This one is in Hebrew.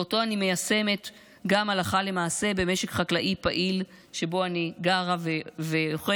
ואותו אני מיישמת גם הלכה למעשה במשק חקלאי פעיל שבו אני גרה ואוחזת,